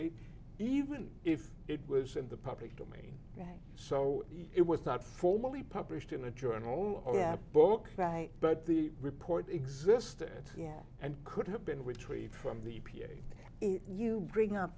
eight even if it was in the public domain so it was not formally published in a journal or book but the report existed yeah and could have been retrieved from the e p a if you bring up